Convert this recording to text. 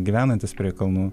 gyvenantys prie kalnų